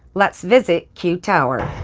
let's visit q tower.